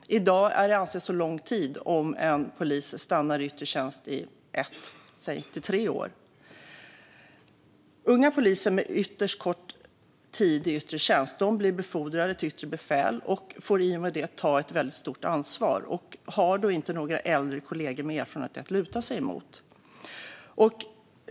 I dag anses det som lång tid om en polis stannar i yttre tjänst i säg 1-3 år. Unga poliser med ytterst kort tid i yttre tjänst blir befordrade till yttre befäl och får i och med det ta ett väldigt stort ansvar. De har då inga äldre kollegor med erfarenhet att luta sig mot.